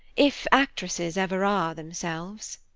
if actresses ever are themselves.